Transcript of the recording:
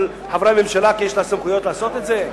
חברי הממשלה כי יש לה סמכויות לעשות את זה?